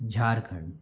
Jharkhand